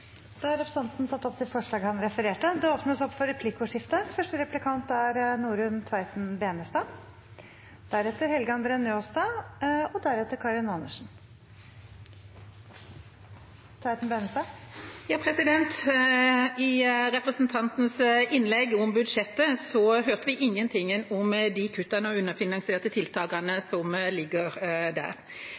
Representanten Stein Erik Lauvås har tatt opp det forslaget han refererte til. Det blir replikkordskifte. I representantens innlegg om budsjettet hørte vi ingenting om de kuttene og underfinansierte tiltakene som ligger der. Bare fjerningen av den statlig finansierte eldreomsorgen i